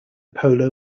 polo